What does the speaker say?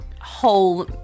whole